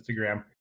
Instagram